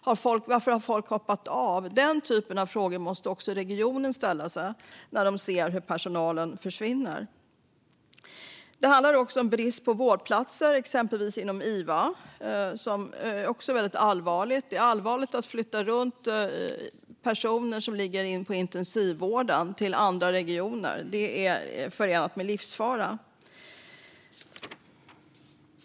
Varför har folk hoppat av? Den typen av frågor måste också regionerna ställa sig när de ser hur personalen försvinner. Det handlar också om brist på vårdplatser, exempelvis inom iva. Det är allvarligt att man flyttar runt intensivvårdspatienter till andra regioner. Det är förenat med livsfara.